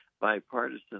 bipartisan